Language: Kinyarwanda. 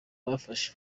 bafashe